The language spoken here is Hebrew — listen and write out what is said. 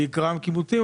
בעיקרם קיבוצים,